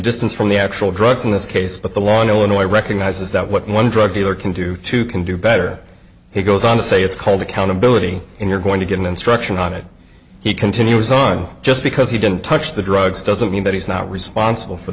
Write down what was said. distance from the actual drugs in this case but the long illinois recognizes that what one drug dealer can do to can do better he goes on to say it's called accountability and you're going to get instruction on it he continues on just because he didn't touch the drugs doesn't mean that he's not responsible for